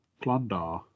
Plunder